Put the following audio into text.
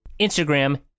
Instagram